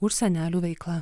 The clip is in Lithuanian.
už senelių veiklą